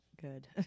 good